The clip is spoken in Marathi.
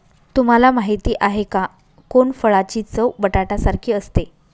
तुम्हाला माहिती आहे का? कोनफळाची चव बटाट्यासारखी असते